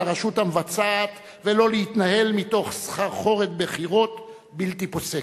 הרשות המבצעת ולא להתנהל מתוך "סחרחרת בחירות" בלתי פוסקת.